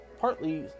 partly